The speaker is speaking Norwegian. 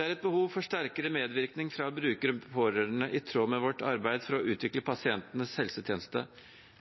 Det er behov for sterkere medvirkning fra brukere og pårørende i tråd med vårt arbeid for å utvikle pasientenes helsetjeneste.